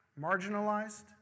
marginalized